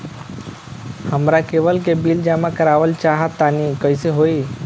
हमरा केबल के बिल जमा करावल चहा तनि कइसे होई?